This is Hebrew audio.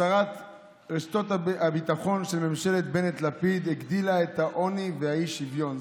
הסרת רשתות הביטחון של ממשלת בנט-לפיד הגדילה את העוני והאי-שוויון.